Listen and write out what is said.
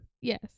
Yes